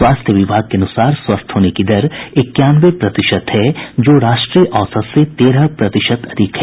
स्वास्थ्य विभाग के अनुसार स्वस्थ होने की दर इक्यानवे प्रतिशत है जो राष्ट्रीय औसत से तेरह प्रतिशत अधिक है